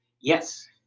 Yes